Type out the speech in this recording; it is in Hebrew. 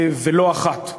ולא אחת.